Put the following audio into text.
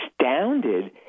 astounded